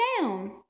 down